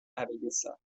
abadesa